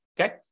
okay